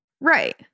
Right